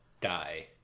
die